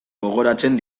gogoratzen